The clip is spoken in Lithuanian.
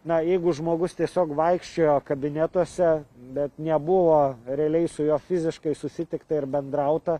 na jeigu žmogus tiesiog vaikščiojo kabinetuose bet nebuvo realiai su juo fiziškai susitikta ir bendrauta